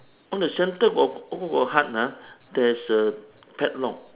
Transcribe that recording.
on the centre of all the hut ah there's a padlock